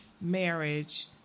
marriage